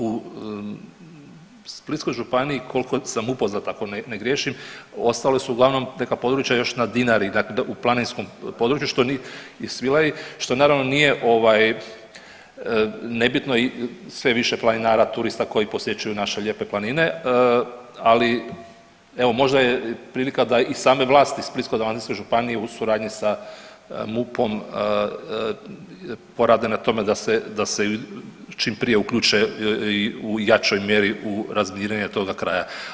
U Splitskoj županiji koliko sam upoznat ako ne griješim ostala su uglavnom neka područja još na Dinari dakle u planinskom području i Svilaji što naravno nije nebitno, sve je više planinara turista koji posjećuju naše lijepe planine, ali evo možda je prilika da i same vlasti iz Splitsko-dalmatinske županije u suradnji sa MUP-om porade na tom da se čim prije uključe u jačoj mjeri u razminiranje toga kraja.